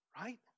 right